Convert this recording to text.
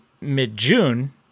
mid-June